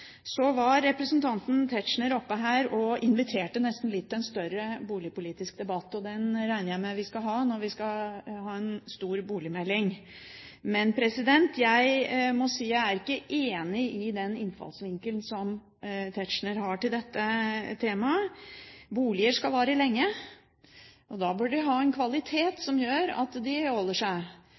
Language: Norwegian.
Så var representanten Tetzschner oppe her og inviterte litt til en større boligpolitisk debatt. Den regner jeg med vi skal ha når vi får en stor boligmelding. Men jeg må si at jeg ikke er enig i den innfallsvinkelen som Tetzschner har til dette temaet. Boliger skal vare lenge. Da bør de ha en kvalitet som gjør at de holder seg.